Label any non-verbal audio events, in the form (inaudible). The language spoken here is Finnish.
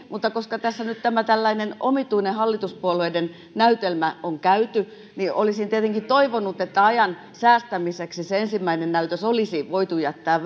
mutta koska tässä nyt tällainen omituinen hallituspuolueiden näytelmä on käyty niin olisin tietenkin toivonut että ajan säästämiseksi se ensimmäinen näytös olisi voitu jättää (unintelligible)